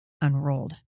unrolled